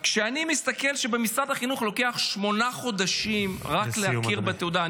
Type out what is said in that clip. כשאני רואה שלוקח למשרד החינוך שמונה חודשים להכיר בתעודה -- לסיום,